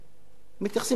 מתייחסים אליהם כלאחר יד.